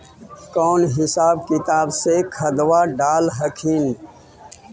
कौन हिसाब किताब से खदबा डाल हखिन?